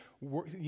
work